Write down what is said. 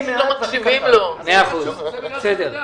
בסדר.